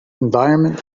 environment